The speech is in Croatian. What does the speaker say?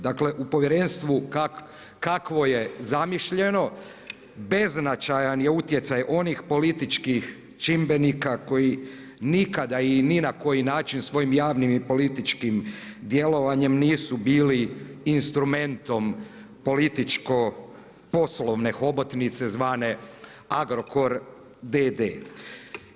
Dakle u povjerenstvu kakvo je zamišljeno beznačajan je utjecaj onih političkih čimbenika koji nikada ni na koji način svojim javnim i političkim djelovanjem nisu bili instrumentom političko poslovne hobotnice zvane Agrokor d.d.